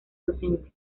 docente